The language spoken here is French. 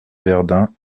verdun